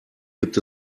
gibt